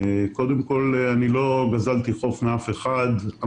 קודם כל, אני לא גזלתי חוף מאף אחד.